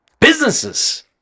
businesses